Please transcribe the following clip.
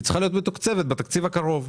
היא צריכה להיות מתוקצבת בתקציב הקרוב,